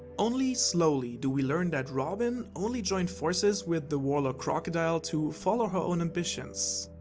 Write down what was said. only slowly do we learn that robin only joined forces with the warlord crocodile to follow her own ambitions.